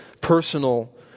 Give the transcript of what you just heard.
personal